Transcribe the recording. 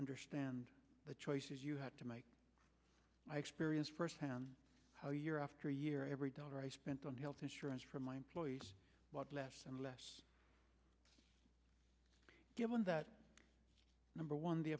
understand the choices you had to make i experienced firsthand how year after year every dollar i spent on health insurance for my employees was less and less given that number one the